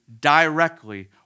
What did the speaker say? directly